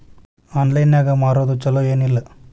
Online ನಾಗ್ ಮಾರೋದು ಛಲೋ ಏನ್ ಇಲ್ಲ?